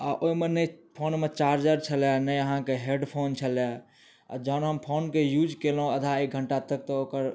आ ओहिमे नही फोनमे चार्जर छलए नहि अहाँके हेडफोन छलए आ जहन हम फोन के यूज केलहुॅं आधा एक घंटा तक तऽ ओकर